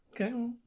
Okay